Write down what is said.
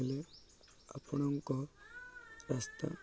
ହେଲେ ଆପଣଙ୍କ ରାସ୍ତା